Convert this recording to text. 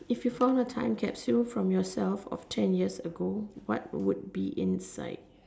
if you found a time capture from yourself of ten years ago what would be inside